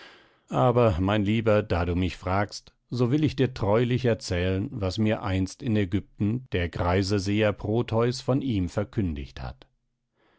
aber mein lieber da du mich fragst so will ich dir treulich erzählen was mir einst in ägypten der greise seher proteus von ihm verkündigt hat